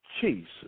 Jesus